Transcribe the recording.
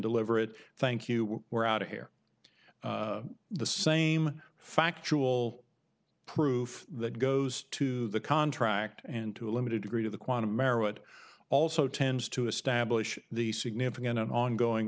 deliver it thank you we're outta here the same factual proof that goes to the contract and to a limited degree to the quantum arrow it also tends to establish the significant ongoing